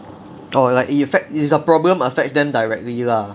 or like effect if the problem affects them directly lah